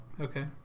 Okay